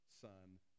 son